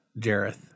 Jareth